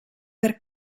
per